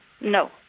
No